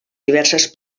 diverses